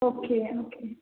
okay okay